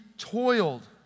toiled